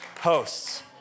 hosts